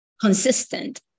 consistent